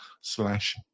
slash